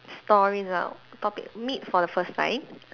stories ah topic meet for the first time